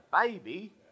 baby